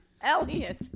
Elliot